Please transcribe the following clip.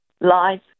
Life